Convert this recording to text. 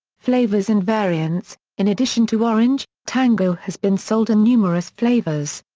flavours and variants in addition to orange, tango has been sold in numerous flavours.